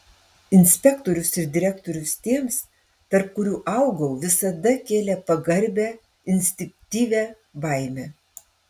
inspektorius ir direktorius tiems tarp kurių augau visada kėlė pagarbią instinktyvią baimę